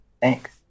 Thanks